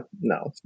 no